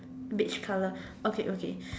beige colour okay okay